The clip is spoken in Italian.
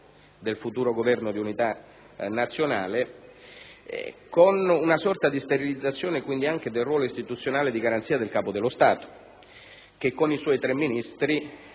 del futuro Governo di unità nazionale, con una sorta di sterilizzazione, quindi, anche del ruolo istituzionale di garanzia del Capo dello Stato, posto che i suoi tre Ministri